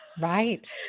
Right